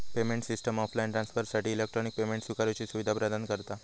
payment system offline ट्रांसफरसाठी electronic payment स्विकारुची सुवीधा प्रदान करता